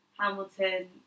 Hamilton